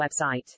website